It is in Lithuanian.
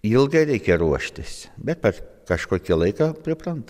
ilgai reikia ruoštis bet per kažkokį laiką pripranta